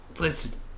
listen